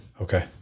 Okay